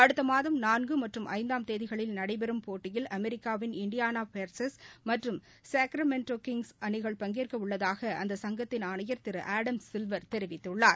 அடுத்த மாதம் நான்கு மற்றும் ஐந்தாம் தேதிகளில் நடைபெறும் போட்டியில் அமெரிக்கா வின் இண்டியானா பேச்ஸ் மற்றும் சார்மெண்டோ கிங்ஸ் அணிகள் பங்கேற்க உள்ளதாக அந்த சங்கத்தின் ஆணையர் திரு ஆடம்ஸ் சில்வர் தெரிவித்துள்ளார்